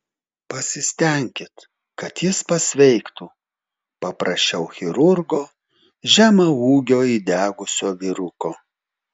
pasistenkit kad jis pasveiktų paprašiau chirurgo žemaūgio įdegusio vyruko